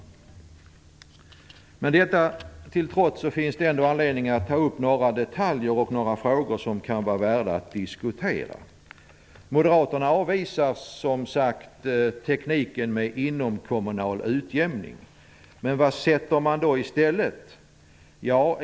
Detta till trots finns det ändå anledning att beröra några detaljer och några frågor som kan vara värda att diskutera. Moderaterna avvisar tekniken med inomkommunal utjämning. Men vad sätter de i stället?